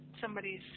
Somebody's